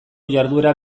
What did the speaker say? jarduera